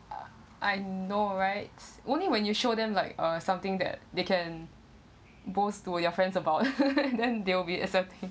I know rights only when you show them like uh something that they can boast to your friends about then they'll be accepting